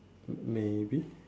maybe